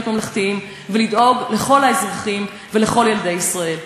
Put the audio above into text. ממלכתיים ולדאוג לכל האזרחים ולכל ילדי ישראל.